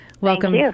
Welcome